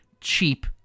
cheap